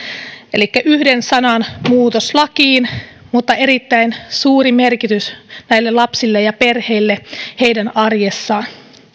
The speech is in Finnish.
elikkä yhden sanan muutos lakiin mutta erittäin suuri merkitys näille lapsille ja perheille heidän arjessaan